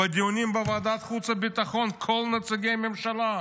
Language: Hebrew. בדיונים בוועדת החוץ והביטחון כל נציגי הממשלה,